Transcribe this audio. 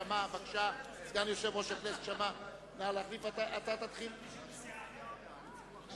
הצעת ועדת הכנסת לתיקון סעיף 9 לתקנון הכנסת.